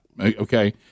Okay